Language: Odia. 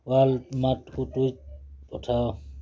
ୱାଲ୍ମାର୍ଟକୁ ଟୁଇଟ୍ ପଠାଅ